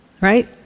right